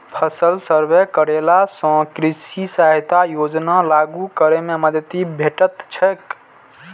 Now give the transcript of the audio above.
फसल सर्वे करेला सं कृषि सहायता योजना लागू करै मे मदति भेटैत छैक